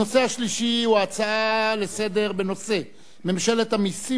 הנושא השלישי הוא הצעות לסדר-היום בנושא: ממשלת המסים